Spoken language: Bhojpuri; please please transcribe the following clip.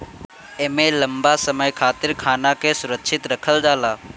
एमे लंबा समय खातिर खाना के सुरक्षित रखल जाला